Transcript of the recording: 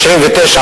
ב-1999,